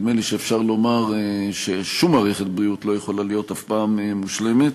נדמה לי שאפשר לומר ששום מערכת בריאות לא יכולה להיות אף פעם מושלמת,